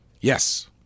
Yes